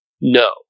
No